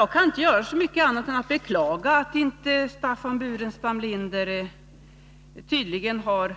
Jag kan inte göra så mycket annat än att beklaga att Staffan Burenstam Linder tydligen inte har